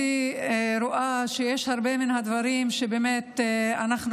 אני רואה שיש הרבה מן הדברים שבהם אנחנו